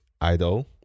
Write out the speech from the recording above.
Idol